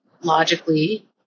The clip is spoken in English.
logically